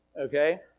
okay